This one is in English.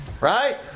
right